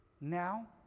Now